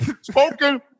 Spoken